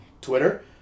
Twitter